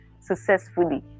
successfully